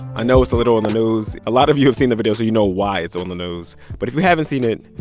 i know it's a little in the news. a lot of you have seen the video, so you know why it's on the news. but if you haven't seen it,